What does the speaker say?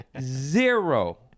Zero